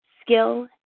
skill